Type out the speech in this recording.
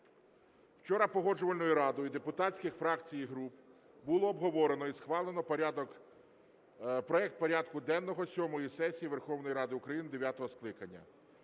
вчора Погоджувальною радою депутатських фракцій і груп було обговорено і схвалено порядок, проект порядку денного сьомої сесії Верховної Ради України дев'ятого скликання.